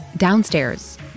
Downstairs